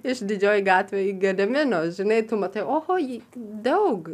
išdidžioj gatvėj gedimino žinai tu matai oho daug